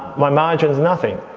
my margin's nothing.